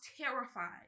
terrified